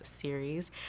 series